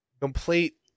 complete